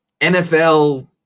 NFL